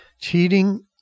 Cheating